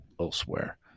elsewhere